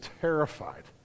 terrified